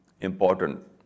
important